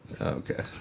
Okay